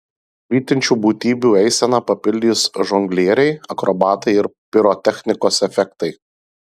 švytinčių būtybių eiseną papildys žonglieriai akrobatai ir pirotechnikos efektai